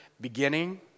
beginning